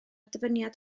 dyfyniad